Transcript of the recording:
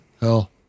hell